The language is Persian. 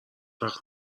وقت